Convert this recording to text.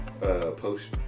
Post